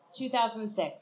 2006